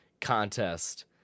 contest